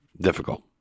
difficult